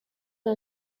ont